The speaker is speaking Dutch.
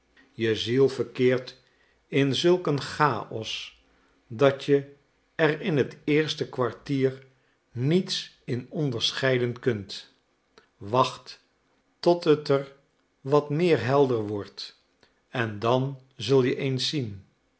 je ziel verkeert in zulk een chaos dat je er in het eerste kwartier niets in onderscheiden kunt wacht tot t er wat meer helder wordt en dan zul je eens zien